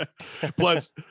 Plus